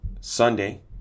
Sunday